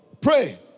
Pray